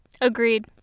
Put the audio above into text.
Agreed